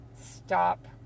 stop